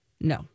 No